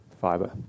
Fiber